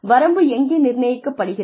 வரம்பு எங்கே நிர்ணயிக்கப்படுகிறது